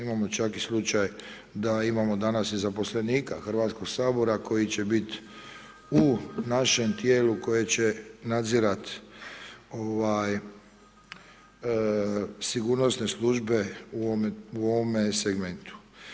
Imamo čak i slučaj da imamo danas i zaposlenika Hrvatskog sabora koji će biti u našem tijelu koje će nadzirat sigurnosne službe u ovome segmentu.